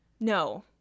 No